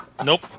Nope